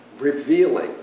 revealing